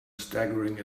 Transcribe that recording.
staggering